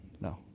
no